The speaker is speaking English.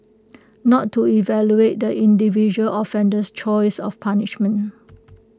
not to evaluate the individual offender's choice of punishment